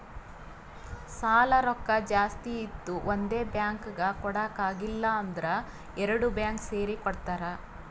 ಸಾಲಾ ರೊಕ್ಕಾ ಜಾಸ್ತಿ ಇತ್ತು ಒಂದೇ ಬ್ಯಾಂಕ್ಗ್ ಕೊಡಾಕ್ ಆಗಿಲ್ಲಾ ಅಂದುರ್ ಎರಡು ಬ್ಯಾಂಕ್ ಸೇರಿ ಕೊಡ್ತಾರ